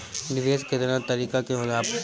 निवेस केतना तरीका के होला?